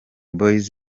boyz